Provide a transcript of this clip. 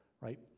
right